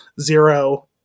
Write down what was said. Zero